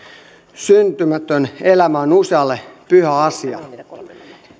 syntymätön elämä on usealle pyhä asia